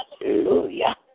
Hallelujah